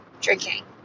drinking